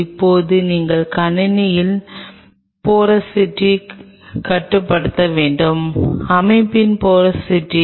இப்போது உண்மையான வாழ்க்கை இருக்கும் அடுத்த சோதனைகளின் தொகுப்பு வருகிறது